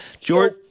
George